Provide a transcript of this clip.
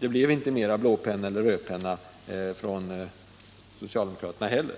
Det blev inte mera blåpenna eller rödpenna från socialdemokraterna heller.